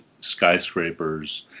skyscrapers